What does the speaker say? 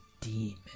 demon